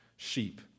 sheep